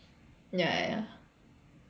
ya ya ya